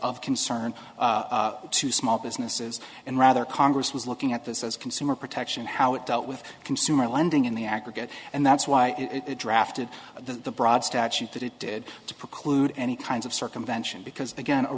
of concern to small businesses and rather congress was looking at this as consumer protection how it dealt with consumer lending in the aggregate and that's why it drafted the broad statute that it did to preclude any kinds of circumvention because again a